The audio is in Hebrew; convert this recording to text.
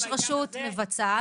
יש רשות מבצעת ויש רשות מחוקקת.